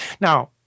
Now